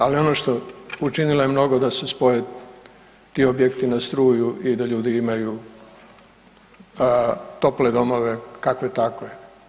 Ali ono što, učinila je mnogo da se spoje ti objekti na struju i da ljudi imaju tople domove kakve takve.